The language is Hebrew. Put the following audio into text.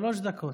שלוש דקות.